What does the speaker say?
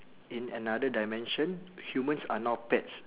in another dimension humans are now pets